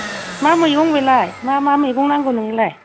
मा मैगं बेलाय मा मा मैगं नांगौ नोंनोलाय